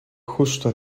justo